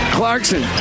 Clarkson